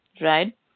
right